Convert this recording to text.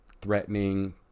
threatening